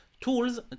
tools